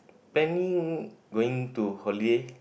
planning going to holiday